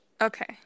Okay